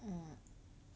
mm